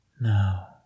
Now